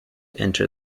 enter